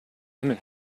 himmel